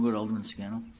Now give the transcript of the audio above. but alderman scannell.